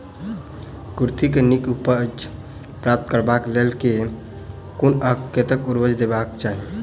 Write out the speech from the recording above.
कुर्थी केँ नीक उपज प्राप्त करबाक लेल केँ कुन आ कतेक उर्वरक देबाक चाहि?